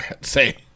say